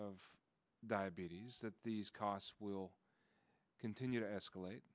of diabetes that these costs will continue to escalate